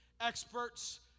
experts